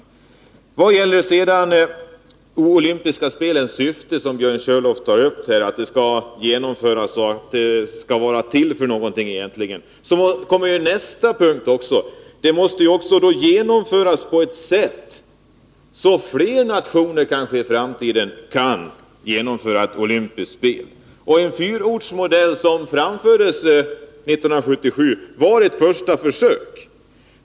När det sedan gäller de olympiska spelens syfte, som Björn Körlof tog upp, kommer vi till nästa punkt: Spelen måste genomföras på ett sådant sätt att flera nationer än nu i framtiden kan genomföra olympiska spel. Den fyraortsmodell som framfördes 1977 var ett första försök.